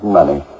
money